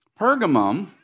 Pergamum